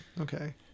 Okay